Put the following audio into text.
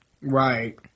right